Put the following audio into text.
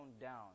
down